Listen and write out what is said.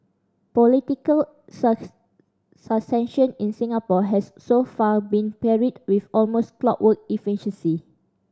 political in Singapore has so far been carried with almost clockwork efficiency